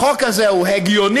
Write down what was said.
החוק הזה הוא הגיוני.